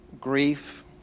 grief